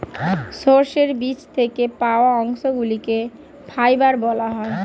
সর্ষের বীজ থেকে পাওয়া অংশগুলিকে ফাইবার বলা হয়